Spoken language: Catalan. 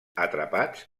atrapats